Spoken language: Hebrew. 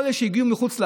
כל אלה שהגיעו מחוץ לארץ,